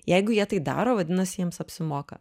jeigu jie tai daro vadinasi jiems apsimoka